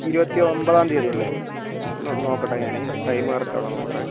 ഇരുപത്തി ഒൻപതാം തീയതി അല്ലേ ഒന്ന് നോക്കട്ടെ ഞാൻ ടൈമ് കറക്റ്റാണോന്ന് നോക്കട്ടെ